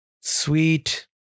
Sweet